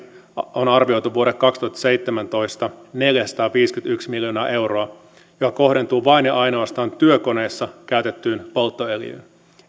vuodelle kaksituhattaseitsemäntoista on arvioitu neljäsataaviisikymmentäyksi miljoonaa euroa mikä kohdentuu vain ja ainoastaan työkoneissa käytettyyn polttoöljyyn